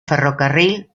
ferrocarril